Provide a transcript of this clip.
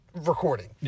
recording